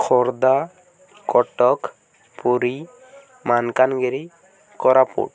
Khordha Cuttack Puri Malkangiri Koraput